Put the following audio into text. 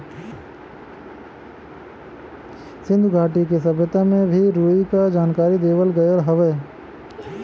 सिन्धु घाटी के सभ्यता में भी रुई क जानकारी देवल गयल हउवे